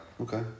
okay